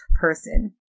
person